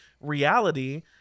reality